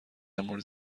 مورد